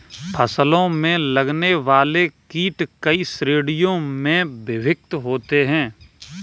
फसलों में लगने वाले कीट कई श्रेणियों में विभक्त होते हैं